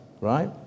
right